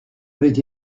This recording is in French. avait